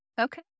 okay